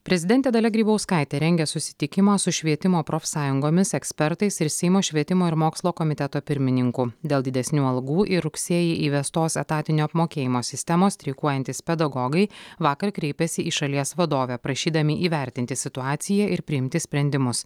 prezidentė dalia grybauskaitė rengia susitikimą su švietimo profsąjungomis ekspertais ir seimo švietimo ir mokslo komiteto pirmininku dėl didesnių algų ir rugsėjį įvestos etatinio apmokėjimo sistemos streikuojantys pedagogai vakar kreipėsi į šalies vadovę prašydami įvertinti situaciją ir priimti sprendimus